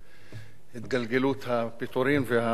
בהתגלגלות הפיטורים והפגיעה.